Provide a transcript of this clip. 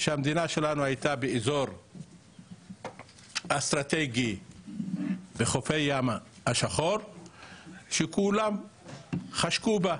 שהמדינה שלנו הייתה באזור אסטרטגי בחופי הים השחור שכולם חשקו בה.